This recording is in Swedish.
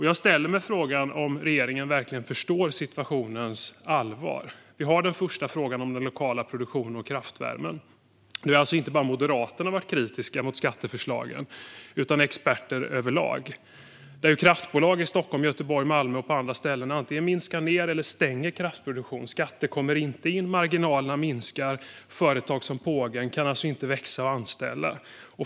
Jag ställer mig frågan om regeringen verkligen förstår situationens allvar. Vi har den första frågan om den lokala produktionen av kraftvärme, där alltså inte bara Moderaterna har varit kritiska mot skatteförslagen utan även experter överlag. Kraftbolag i Stockholm, Göteborg, Malmö och på andra ställen antingen minskar eller stänger kraftproduktion, skatter kommer inte in, marginalerna minskar och företag som Pågen kan inte växa och anställa.